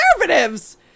conservatives